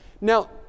Now